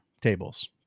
tables